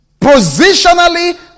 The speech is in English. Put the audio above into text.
Positionally